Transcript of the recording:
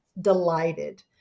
delighted